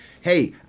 hey